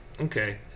Okay